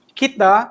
kita